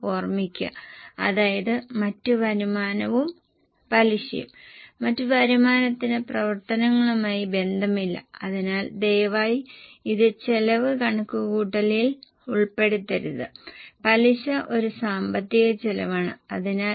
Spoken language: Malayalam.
മൂല്യത്തകർച്ച ഉൾപ്പെടെയുള്ള വിൽപനച്ചെലവായിരുന്നു ഇത് എന്നാൽ മറ്റ് വരുമാനവും പലിശയും ഉൾപ്പെടുത്താതെ ഈ വിൽപ്പനച്ചെലവ് 5065 ആണ്